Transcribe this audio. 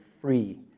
free